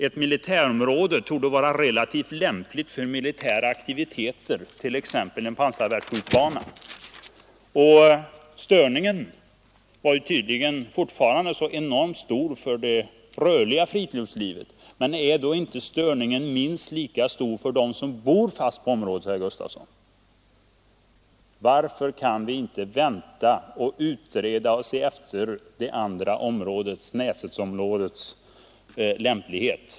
Ett militärområde borde vara relativt lämpligt för militära aktiviteter, t.ex. en pansarvärnsskjutbana. Den störning en sådan skulle åsamka det rörliga friluftslivet är tydligen enormt stor. Men blir inte störningen minst lika stor för dem som är fast bosatta i området, herr Gustafsson? Varför kan vi inte vänta och utreda Näsetområdets lämplighet?